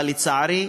אבל, לצערי,